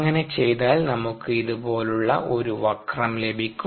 അങ്ങനെ ചെയ്താൽ നമുക്ക് ഇതുപോലുള്ള ഒരു വക്രം ലഭിക്കും